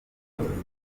politiki